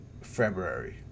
February